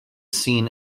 scene